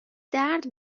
درد